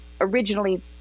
originally –